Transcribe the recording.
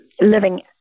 living